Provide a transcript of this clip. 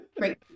Great